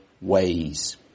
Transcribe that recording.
ways